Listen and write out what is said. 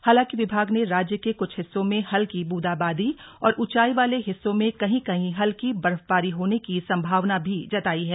हालांकि विभाग ने राज्य के कुछ हिस्सों में हल्की बूंदाबांदी और ऊंचाई वाले हिस्सों में कहीं कहीं हल्की बर्फबारी होने की संभावना भी जताई है